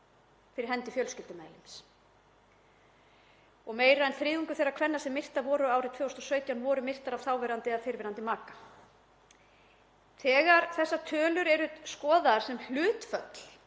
fyrir hendi fjölskyldumeðlims og meira en þriðjungur þeirra kvenna sem myrtar voru árið 2017 voru myrtar af þáverandi eða fyrrverandi maka. Þegar þessar tölur eru skoðaðar sem hlutfall